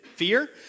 Fear